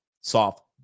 soft